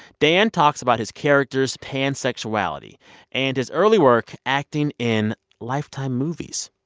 dan talks about his character's pansexuality and his early work acting in lifetime movies.